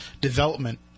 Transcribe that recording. development